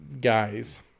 guys